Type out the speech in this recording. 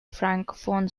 francophone